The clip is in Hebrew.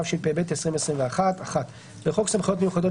התשפ"ב 2021. 1. בחוק סמכויות מיוחדות